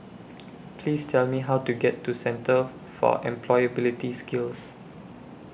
Please Tell Me How to get to Centre For Employability Skills